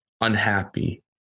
unhappy